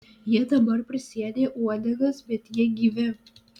jie dabar prisėdę uodegas bet jie gyvi